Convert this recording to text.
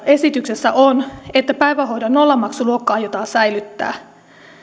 esityksessä on että päivähoidon nollamaksuluokka aiotaan säilyttää